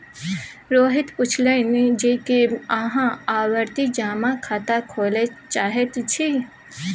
रोहित पुछलनि जे की अहाँ आवर्ती जमा खाता खोलय चाहैत छी